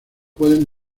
pueden